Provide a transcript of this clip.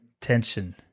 tension